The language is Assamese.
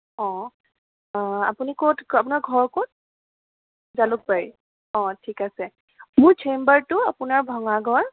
অঁ আপুনি ক'ত আপোনাৰ ঘৰ ক'ত জালুকবাৰী অঁ ঠিক আছে মোৰ চেম্বাৰটো আপোনাৰ ভঙাগড়